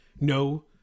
no